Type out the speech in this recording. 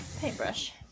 paintbrush